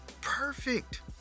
perfect